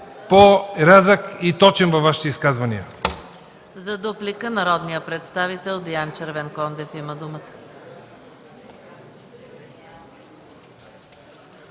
по-рязък и точен във Вашите изказвания.